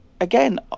again